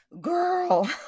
girl